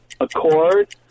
Accord